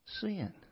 sin